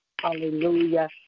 Hallelujah